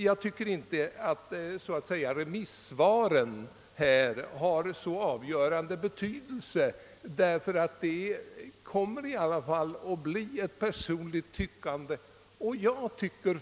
Jag tycker emellertid inte att remissvaren i detta fall bör få avgörande betydelse vid vårt ställningstagande, då ställningstagandet i denna fråga ändå alltid kommer att bli beroende av ett personligt tyckande.